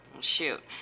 shoot